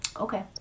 Okay